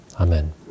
Amen